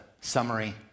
summary